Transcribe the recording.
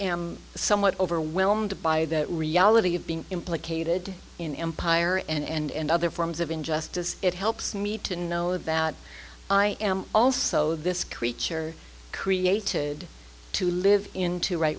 am somewhat overwhelmed by the reality of being implicated in empire and other forms of injustice it helps me to know that i am also this creature created to live in to wri